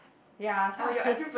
ya so I hate